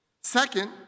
Second